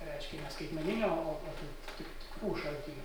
reiškia ne skaitmeninio o tų tik tikrų šaltinių